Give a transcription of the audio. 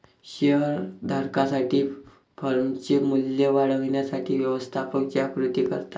share धारकांसाठी फर्मचे मूल्य वाढवण्यासाठी व्यवस्थापक ज्या कृती करतात